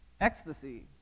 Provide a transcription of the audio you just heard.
Ecstasy